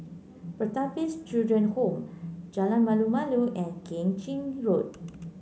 Pertapis Children Home Jalan Malu Malu and Keng Chin Road